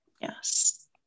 Yes